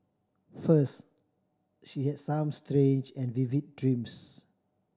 first she had some strange and vivid dreams